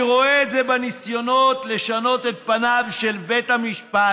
אני רואה את זה בניסיונות לשנות את פניו של בית המשפט,